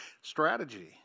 Strategy